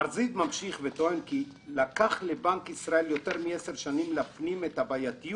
מר זיו ממשיך וטוען שלקח לבנק ישראל יותר מעשר שנים להפנים את הבעייתיות